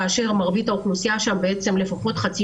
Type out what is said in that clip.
כאשר מרבית האוכלוסייה שם הייתה לפחות חצי